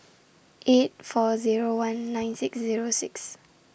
eight four Zero one nine six Zero six